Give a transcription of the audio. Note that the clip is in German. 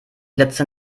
letzte